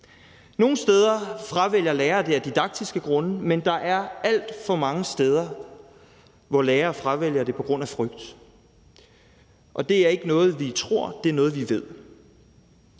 Nogle steder fravælger lærere det af didaktiske grunde, men der er alt for mange steder, hvor lærere fravælger det på grund af frygt. Og det er ikke noget, vi tror – det er noget, vi ved.